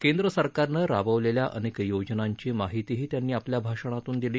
केंद्र सरकारनं राबवलेल्या अनेक योजनांची माहितीही त्यांनी आपल्या भाषणातून दिली